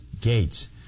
gates